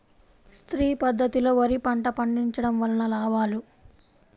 శ్రీ పద్ధతిలో వరి పంట పండించడం వలన లాభాలు?